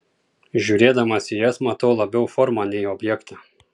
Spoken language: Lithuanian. žiūrėdamas į jas matau labiau formą nei objektą